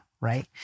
right